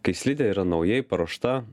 kai slidė yra naujai paruošta